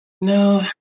No